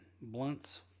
Blunts